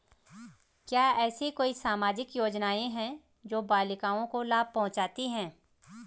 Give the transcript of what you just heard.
क्या ऐसी कोई सामाजिक योजनाएँ हैं जो बालिकाओं को लाभ पहुँचाती हैं?